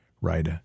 right